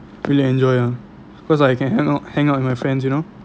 really enjoy ah cause like you can hang out hang out with my friends you know